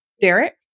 Derek